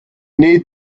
need